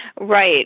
Right